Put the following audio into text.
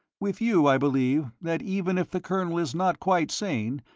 with you, i believe, that even if the colonel is not quite sane,